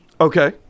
okay